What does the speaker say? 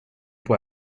può